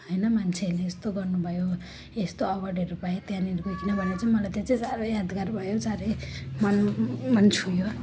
होइन मान्छेहरूले यस्तो गर्नु भयो यस्तो अवार्डहरू पाएँ त्यहाँनेर गईकन भनेर चाहिँ मलाई त्यहाँ चाहिँ साह्रै यादगार भयो साह्रै मन मन छोयो